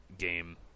game